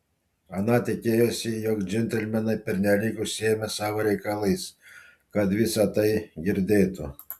ana tikėjosi jog džentelmenai pernelyg užsiėmę savo reikalais kad visa tai girdėtų